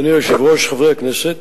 אדוני היושב-ראש, חברי הכנסת,